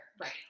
Right